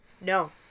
No